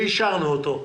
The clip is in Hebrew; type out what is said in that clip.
ואישרנו אותו.